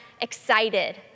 excited